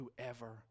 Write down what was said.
Whoever